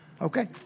Okay